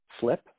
slip